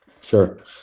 sure